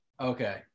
Okay